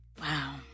wow